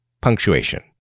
punctuation